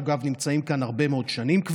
שאגב נמצאים כאן כבר הרבה מאוד שנים.